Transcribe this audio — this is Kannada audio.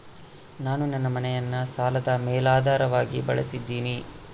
ನಾನು ನನ್ನ ಮನೆಯನ್ನ ಸಾಲದ ಮೇಲಾಧಾರವಾಗಿ ಬಳಸಿದ್ದಿನಿ